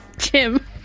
Jim